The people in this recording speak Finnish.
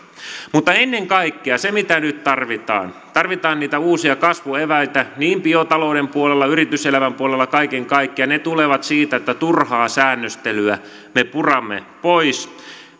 mutta ennen kaikkea se mitä nyt tarvitaan tarvitaan niitä uusia kasvueväitä niin biotalouden puolella kuin yrityselämän puolella kaiken kaikkiaan ne tulevat siitä että turhaa säännöstelyä me puramme pois